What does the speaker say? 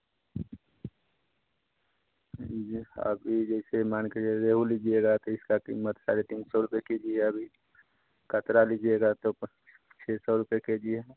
अभी जैसे मान के चलिए वह लीजिएगा तो इसका कीमत साढ़े तीन सौ रुपये के जी है अभी कटरा लीजिएगा तो पाँच छः सौ रुपये के जी है